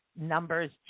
numbers